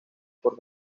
por